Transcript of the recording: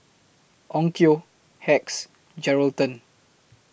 Onkyo Hacks Geraldton